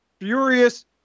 Furious